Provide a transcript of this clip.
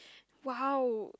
!wow!